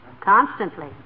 Constantly